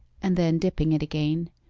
and then dipping it again,